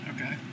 Okay